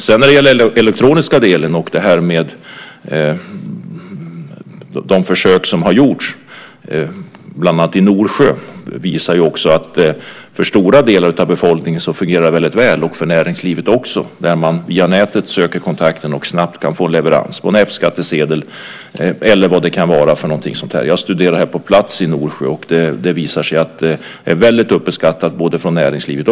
Den elektroniska delen och de försök som har gjorts i bland annat Norsjö visar att för stora delar av befolkningen, och för näringslivet också, fungerar det väldigt väl när man via nätet söker kontakt och snabbt kan få leverans av en F-skattsedel eller vad det kan vara. Jag studerade det här på plats i Norsjö, och det visade sig att det är väldigt uppskattat, också av näringslivet.